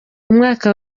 umwaka